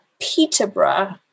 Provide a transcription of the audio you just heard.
Peterborough